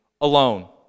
alone